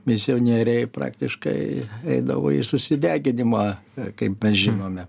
misionieriai praktiškai eidavo į susideginimą kaip mes žinome